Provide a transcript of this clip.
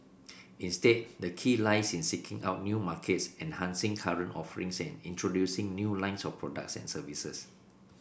instead the key lies in seeking out new markets enhancing current offerings and introducing new lines of products and services